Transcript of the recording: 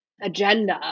agenda